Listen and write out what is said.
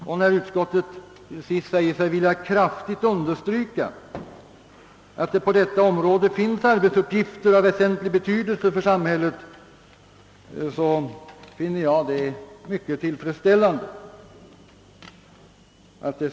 Jag finner utskottets avslutningsvis gjorda uttalande, där man kraftigt understryker att det på detta område finns arbetsuppgifter av väsentlig betydelse för samhället, mycket tillfredsställande.